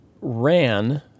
ran